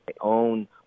own